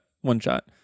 one-shot